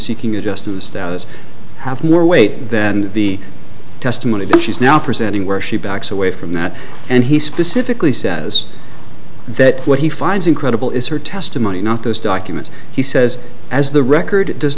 seeking a justice status have more weight than the testimony that she's now presenting where she backs away from that and he specifically says that what he finds incredible is her testimony not those documents he says as the record does